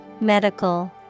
Medical